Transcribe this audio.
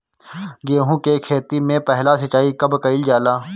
गेहू के खेती मे पहला सिंचाई कब कईल जाला?